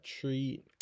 treat